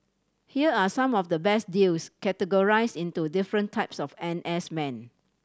here are some of the best deals categorise into different types of N S men